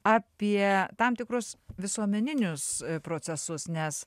apie tam tikrus visuomeninius procesus nes